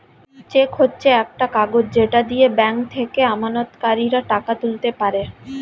check হচ্ছে একটা কাগজ যেটা দিয়ে ব্যাংক থেকে আমানতকারীরা টাকা তুলতে পারে